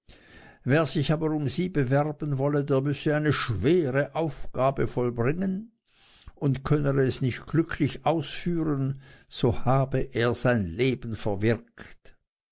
wer sich aber um sie bewerben wolle der müsse eine schwere aufgabe vollbringen und könne er es nicht glücklich ausführen so habe er sein leben verwirkt